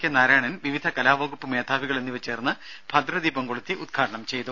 K Narayanan വിവിധ കലാവകുപ്പ് മേധാവികൾ എന്നിവർ ചേർന്ന് ഭദ്രദീപം കൊളുത്തി ഉദ്ഘാടനം ചെയ്തു